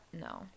No